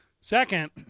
Second